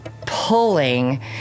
pulling